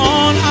on